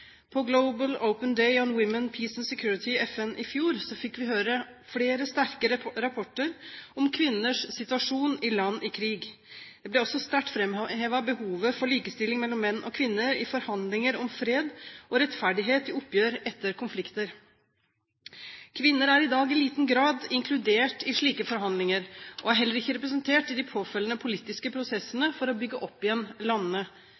På Global Open Day on Women, Peace and Security i FN i fjor fikk vi høre flere sterke rapporter om kvinners situasjon i land i krig. Det ble også sterkt framhevet behovet for likestilling mellom menn og kvinner i forhandlinger om fred og rettferdighet i oppgjør etter konflikter. Kvinner er i dag i liten grad inkludert i slike forhandlinger og er heller ikke representert i de påfølgende politiske prosessene for å bygge opp igjen